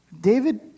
David